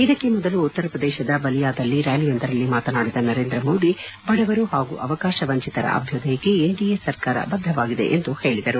ಇದಕ್ಕೆ ಮೊದಲು ಉತ್ತರ ಪ್ರದೇಶದ ಬಲಿಯಾದಲ್ಲಿ ಕ್ಯಾಲಿಯೊಂದರಲ್ಲಿ ಮಾತನಾಡಿದ ನರೇಂದ್ರ ಮೋದಿ ಬಡವರು ಹಾಗೂ ಅವಕಾಶ ವಂಚಿತರ ಅಭ್ಯುದಯಕ್ಕೆ ಎನ್ಡಿಎ ಸರ್ಕಾರ ಬದ್ದವಾಗಿದೆ ಎಂದು ಹೇಳದರು